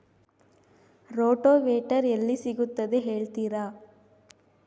Rotavator ಎಲ್ಲಿ ಸಿಗುತ್ತದೆ ಹೇಳ್ತೇರಾ?